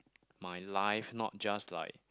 my life not just like